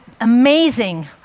amazing